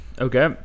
Okay